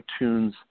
iTunes